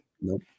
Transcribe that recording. Nope